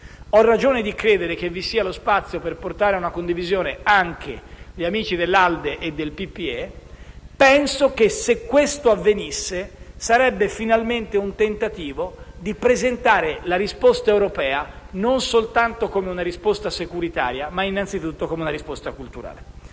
Ho ragione di credere che vi sia lo spazio per portare ad una condivisione anche gli amici dell'ALDE e del PPE. Penso che, se ciò avvenisse, sarebbe finalmente un tentativo di presentare la risposta europea, non soltanto come una risposta securitaria, ma innanzitutto come una risposta culturale.